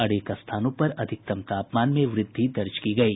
अनेक स्थानों पर अधिकतम तापमान में वृद्धि दर्ज की गयी